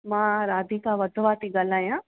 मां राधिका वाधवा थी ॻाल्हायां